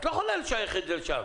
את לא יכולה לשייך את זה לשם.